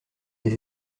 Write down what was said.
des